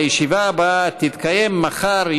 הישיבה הבאה תתקיים מחר,